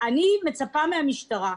אני מצפה מהמשטרה,